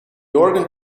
organ